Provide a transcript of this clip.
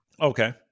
Okay